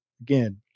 again